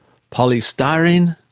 polystyrene,